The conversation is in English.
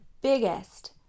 biggest